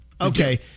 Okay